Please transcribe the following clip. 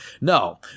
No